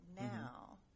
now